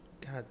God